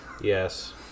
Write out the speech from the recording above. Yes